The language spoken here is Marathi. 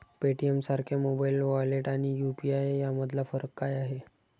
पेटीएमसारख्या मोबाइल वॉलेट आणि यु.पी.आय यामधला फरक काय आहे?